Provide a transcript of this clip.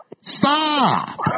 Stop